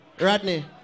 Rodney